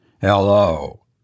Hello